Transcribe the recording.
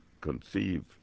conceive